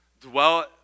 Dwell